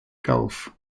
gulf